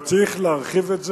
אבל צריך להרחיב את זה.